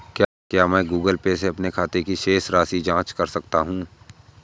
क्या मैं Google Pay से अपने खाते की शेष राशि की जाँच कर सकता हूँ?